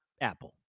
Apple